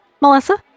Melissa